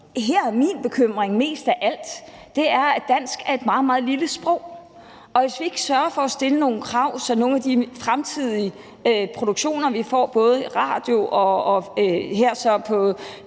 Her er min bekymring mest af alt, at dansk er et meget, meget lille sprog, og hvis vi ikke sørger for at stille nogle krav, så nogle af de fremtidige produktioner, vi får, både i radioen og som her på